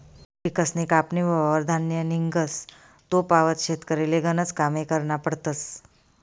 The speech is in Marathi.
पिकसनी कापनी व्हवावर धान्य निंघस तोपावत शेतकरीले गनज कामे करना पडतस